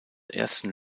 ersten